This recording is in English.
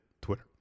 Twitter